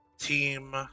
team